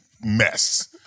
mess